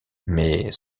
mais